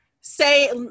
say